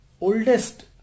oldest